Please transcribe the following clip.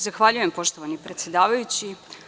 Zahvaljujem poštovani predsedavajući.